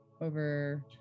Over